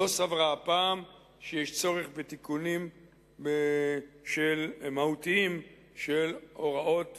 לא סברה הפעם שיש צורך בתיקונים מהותיים של ההוראות